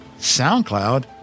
SoundCloud